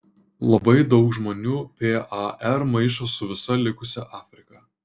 labai daug žmonių par maišo su visa likusia afrika